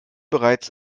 bereits